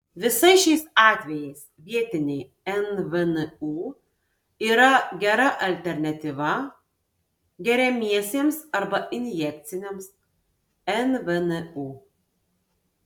visais šiais atvejais vietiniai nvnu yra gera alternatyva geriamiesiems arba injekciniams nvnu